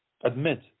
admit